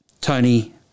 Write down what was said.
Tony